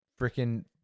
freaking